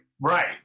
Right